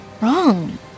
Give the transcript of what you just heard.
wrong